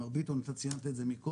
מר ביטון אתה ציינת את זה מקודם,